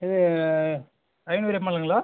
இது ஐநூறு எம்எல்லுங்களா